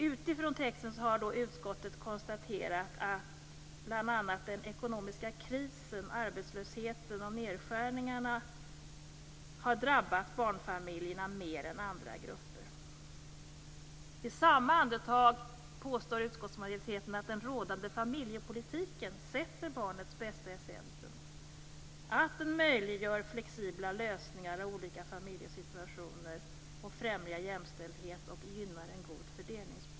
Utifrån texten har utskottet konstaterat att bl.a. den ekonomiska krisen, arbetslösheten och nedskärningarna drabbat barnfamiljerna mer än andra grupper. I samma andetag påstår utskottsmajoriteten att den rådande familjepolitiken sätter barnets bästa i centrum, att den möjliggör flexibla lösningar i olika familjesituationer och främjar jämställdhet och gynnar en god fördelningspolitik.